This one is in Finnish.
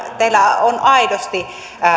teillä on aidosti